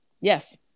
yes